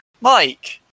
Mike